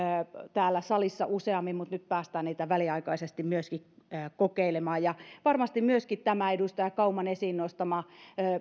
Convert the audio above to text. täällä salissa useammin mutta nyt päästään niitä väliaikaisesti myöskin kokeilemaan ja varmasti myöskin tämä edustaja kauman esiin nostama